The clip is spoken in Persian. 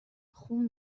خون